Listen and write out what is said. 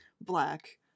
black